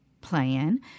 plan